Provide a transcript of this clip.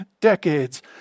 decades